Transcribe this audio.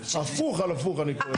הפוך על הפוך אני קורא לזה.